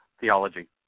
theology